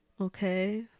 Okay